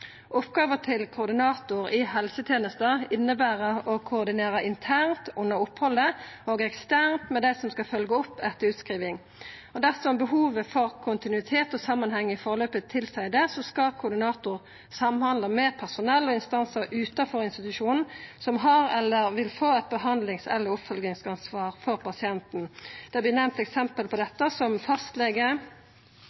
Oppgåvene til koordinatoren i helsetenesta inneber å koordinera internt under opphaldet og eksternt med dei som skal følgja opp etter utskriving. Dersom behovet for kontinuitet og samanheng i forløpet tilseier det, skal koordinatoren samhandla med personell og instansar utanfor institusjonen som har eller vil få eit behandlings- eller oppfølgingsansvar for pasienten. Det vert nemnt eksempel på